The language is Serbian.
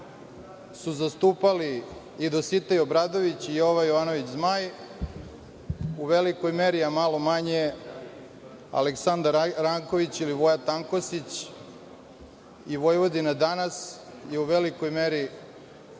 su zastupali i Dositej Obradović i Jovan Jovanović Zmaj u velikoj meri, a malo manje Aleksandar Ranković ili Voja Tankosić i Vojvodina je danas u velikoj meri